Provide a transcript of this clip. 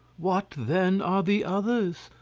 what then are the others?